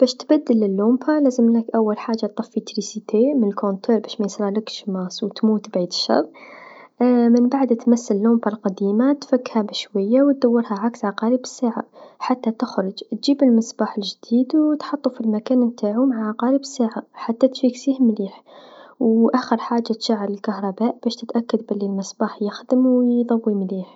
باش تبدل لومبا أول حاجه طفي تريسيتتي مالكونتور باش ميصرالكش صعقا و تمت بعيد الشر منبعد تمس اللومبا القديمه تفكها بالشويا و دورهاعكس عقارب الساعه حتى تخرج، تجيب المصباح الجديد و تحطو في المكان نتاعو مع عقارب الساعه حتى تثبته مليح و آخر حاجه تشغل الكهرباء باش تأكد أنو المصباح يخدم و يضوي مليح.